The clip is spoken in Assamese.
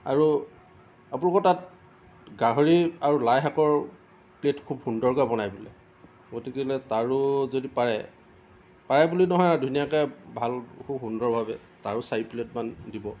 আৰু আপোনালোকৰ তাত গাহৰিৰ আৰু লাই শাকৰ প্লেট খুব সুন্দৰকৈ বনাই বোলে গতিকে লৈ তাৰো যদি পাৰে পাৰে বুলি নহয় ধুনীয়াকৈ ভাল খুব সুন্দৰভাৱে তাৰো চাৰি প্লেটমান দিব